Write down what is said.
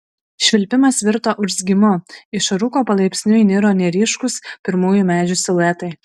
švilpimas virto urzgimu iš rūko palaipsniui niro neryškūs pirmųjų medžių siluetai